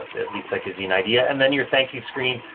at least that gives you an idea and then your thank you screen.